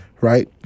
right